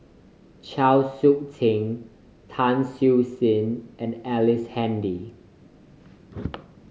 Chau Sik Ting Tan Siew Sin and Ellice Handy